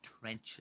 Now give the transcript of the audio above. trenches